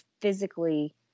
physically